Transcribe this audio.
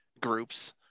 groups